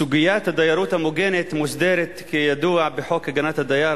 סוגיית הדיירות המוגנת מוסדרת כידוע בחוק הגנת הדייר,